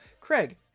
Craig